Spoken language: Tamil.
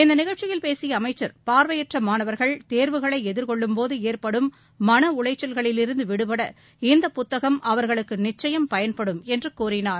இந்த நிகழ்ச்சியில் பேசிய அமைச்சர் பார்வையற்ற மாணவா்கள் தேர்வுகளை எதிர்கொள்ளும்போது ஏற்படும் மன உளைச்சல்களிலிருந்து விடுப்பட இந்த புத்தகம் அவர்களுக்கு நிச்சயம் பயன்படும் என்று கூறினார்